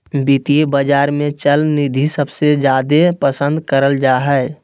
वित्तीय बाजार मे चल निधि सबसे जादे पसन्द करल जा हय